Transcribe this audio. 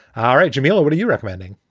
all right, jamelia, what are you recommending?